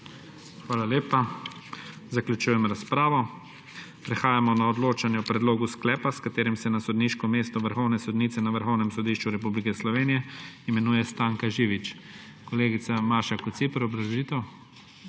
Hvala lepa. Zaključujem razpravo. Prehajamo na odločanje o predlogu sklepa, s katerim se na sodniško mesto vrhovne sodnice na Vrhovnem sodišču Republike Slovenije imenuje Stanka Živič. Kolegica Maša Kociper, obrazložitev.